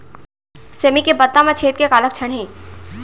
सेमी के पत्ता म छेद के का लक्षण हे?